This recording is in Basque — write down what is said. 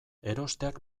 erosteak